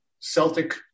Celtic